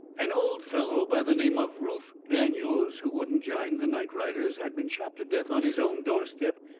an old feller by the name of rufe daniels who wouldn't jine the night-riders had been shot to death on his own door step,